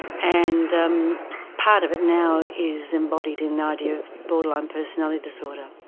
and um part of it now is embodied in the idea of borderline personality disorder.